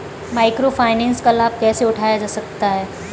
Micro finance का लाभ कैसे उठाया जा सकता है?